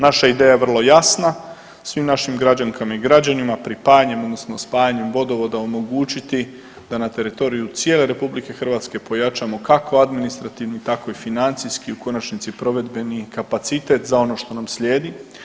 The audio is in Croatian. Naša ideja je vrlo jasna, svim našim građankama i građanima pripajanjem odnosno spajanjem vodovoda omogućiti na teritoriju cijele RH pojačamo kako administrativno tako i financijski u konačnici provedbeni kapacitet za ono što nam slijedi.